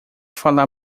falar